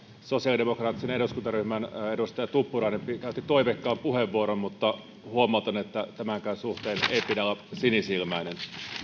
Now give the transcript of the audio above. sosiaalidemokraattisen eduskuntaryhmän edustaja tuppurainen käytti toiveikkaan puheenvuoron mutta huomautan että tämänkään suhteen ei pidä olla sinisilmäinen